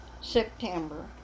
September